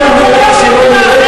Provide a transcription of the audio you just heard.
אתה רוצה שאני עכשיו,